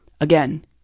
again